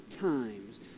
times